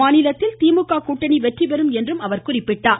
மாநிலத்தில் திமுக கூட்டணி வெற்றிபெறும் என்றும் அவர் குறிப்பிட்டார்